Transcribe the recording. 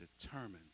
determined